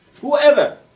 whoever